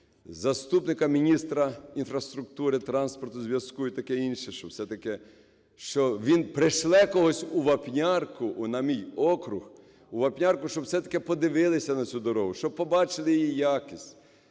заступника міністра інфраструктури, транспорту, зв'язку і таке інше, що все-таки, що він пришле когось у Вапнярку, на мій округ, у Вапнярку, щоб все-таки подивилися на цю дорогу, щоб побачили її якість.